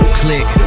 click